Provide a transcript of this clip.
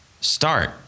start